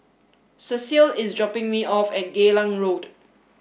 Cecile is dropping me off at Geylang Road